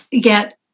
get